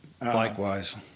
likewise